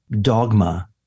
dogma